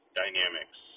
dynamics